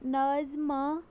Nazma